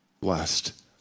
blessed